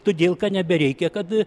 todėl nebereikia kad